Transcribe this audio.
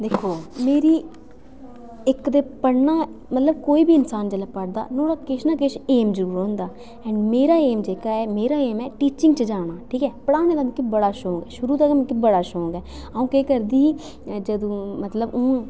दिक्खो मेरी इक ते पढ़ना मतलब कोई बी इंसान जेल्लै पढ़दा नुआढ़ा किश ना किश एम जरूर होंदा एंड मेरा एम जेह्का ऐ मेरा एम ऐ टीचिंग च जाना ठीक ऐ पढ़ाने दा मिक्की बड़ा शौक ऐ शुरू दा गै मिगी बड़ा शौक ऐ अ'ऊं केह् करदी ही जदूं मतलब हून